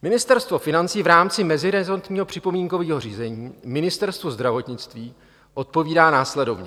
Ministerstvo financí v rámci meziresortního připomínkového řízení Ministerstvu zdravotnictví odpovídá následovně.